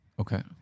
Okay